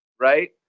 right